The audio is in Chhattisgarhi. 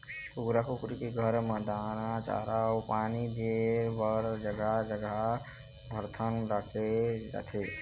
कुकरा कुकरी के घर म दाना, चारा अउ पानी दे बर जघा जघा बरतन राखे जाथे